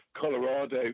Colorado